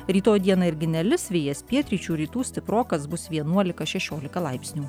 rytoj dieną irgi nelis vėjas pietryčių rytų stiprokas bus vienuolika šešiolika laipsnių